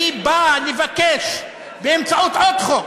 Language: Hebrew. והיא באה לבקש באמצעות עוד חוק.